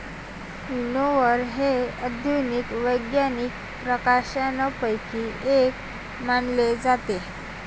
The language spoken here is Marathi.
विनओवर हे आधुनिक वैज्ञानिक प्रकाशनांपैकी एक मानले जाते